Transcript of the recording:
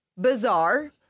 Bizarre